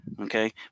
okay